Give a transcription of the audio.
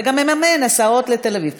אתה גם מממן הסעות לתל אביב.